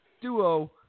duo